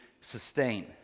sustain